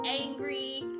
angry